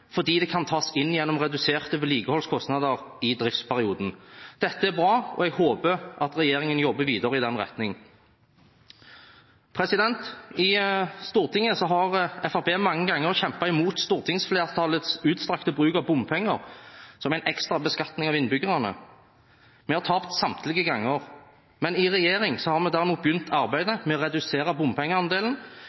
fordi det kan tas inn gjennom reduserte vedlikeholdskostnader i driftsperioden. Dette er bra, og jeg håper at regjeringen jobber videre i den retning. I Stortinget har Fremskrittspartiet mange ganger kjempet mot stortingsflertallets utstrakte bruk av bompenger som en ekstra beskatning av innbyggerne. Vi har tapt samtlige ganger. I regjering har vi derimot begynt arbeidet med å redusere bompengeandelen,